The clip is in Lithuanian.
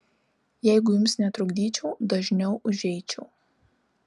jeigu jums netrukdyčiau dažniau užeičiau